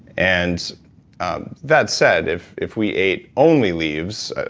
and that said, if if we ate only leaves,